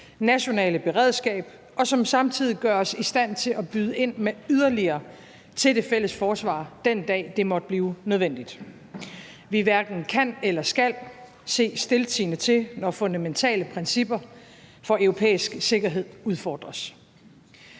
nationale beredskab, og som samtidig gør os i stand til at byde ind med yderligere til det fælles forsvar, den dag det måtte blive nødvendigt. Vi hverken kan eller skal se stiltiende til, når fundamentale principper for europæisk sikkerhed udfordres.